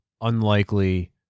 unlikely